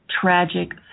tragic